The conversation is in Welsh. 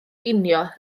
ginio